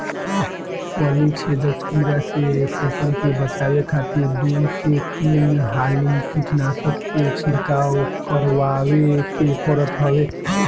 फली छेदक कीड़ा से फसल के बचावे खातिर दू से तीन हाली कीटनाशक के छिड़काव करवावे के पड़त हवे